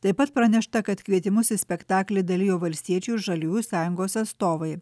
taip pat pranešta kad kvietimus į spektaklį dalijo valstiečių ir žaliųjų sąjungos astovai